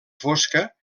fosca